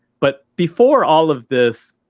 but before all of this,